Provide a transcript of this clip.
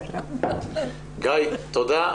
גיא תודה.